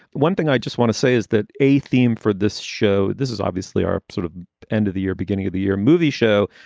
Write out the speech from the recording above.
one thing i just want to say is that a theme for this show, this is obviously our sort of end of the year, beginning of the year movie show.